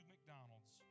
McDonald's